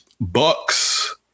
Bucks